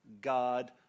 God